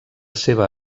seva